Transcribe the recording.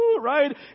Right